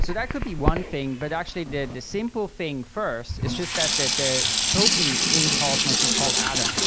so that could be one thing, but actually did the simple thing first it's just that that the token in cosmos is called atom, so